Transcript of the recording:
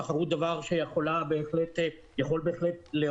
ותחרות זה דבר שיכול בהחלט להועיל,